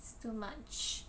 it's too much